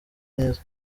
neza